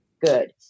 good